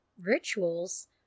rituals